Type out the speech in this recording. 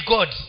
God